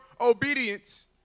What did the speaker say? obedience